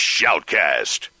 Shoutcast